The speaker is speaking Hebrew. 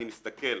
אני מסתכל,